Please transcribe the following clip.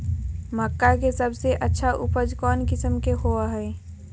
मक्का के सबसे अच्छा उपज कौन किस्म के होअ ह?